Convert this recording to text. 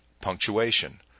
punctuation